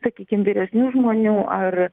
sakykim vyresnių žmonių ar